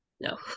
No